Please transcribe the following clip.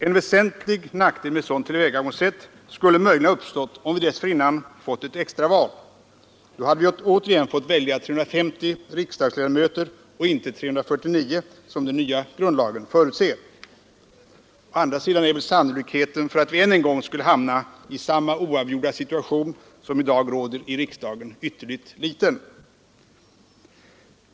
En väsentlig nackdel med ett sådant tillvägagångssätt skulle möjligen ha uppstått om vi dessförinnan fått ett extraval. Då hade vi återigen fått välja 350 riksdagsledamöter och inte 349 som den nya grundlagen förutser. Å andra sidan är väl sannolikheten för att vi än en gång skulle hamna i samma oavgjorda situation som i dag råder i riksdagen ytterligt liten.